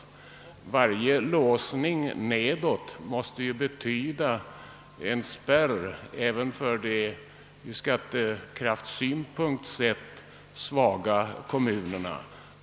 Men varje låsning nedåt måste innebära en spärr även för de ur skattesynpunkt svaga kommunerna.